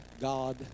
God